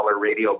radio